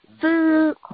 food